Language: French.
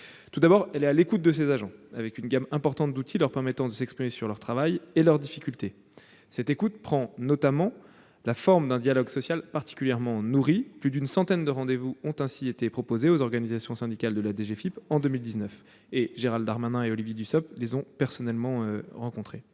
Tout d'abord, elle est à l'écoute de ses agents, avec une gamme importante d'outils leur permettant de s'exprimer sur leur travail et leurs difficultés. Cette écoute prend notamment la forme d'un dialogue social particulièrement nourri : plus d'une centaine de rendez-vous ont ainsi été proposés aux organisations syndicales de la DGFiP en 2019. Gérald Darmanin et Olivier Dussopt les ont d'ailleurs personnellement rencontrées.